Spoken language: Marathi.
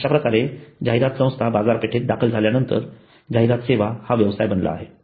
अश्याप्रकारे जाहिरात संस्था बाजारपेठेत दाखल झाल्यानंतर जाहिरात सेवा हा व्यवसाय बनला आहे